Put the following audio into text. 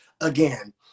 again